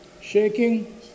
shaking